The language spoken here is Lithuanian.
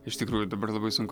iš tikrųjų dabar labai sunku